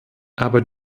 aber